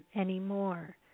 anymore